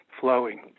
flowing